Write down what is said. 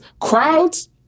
crowds